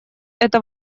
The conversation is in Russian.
это